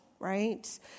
right